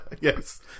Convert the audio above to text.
Yes